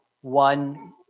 one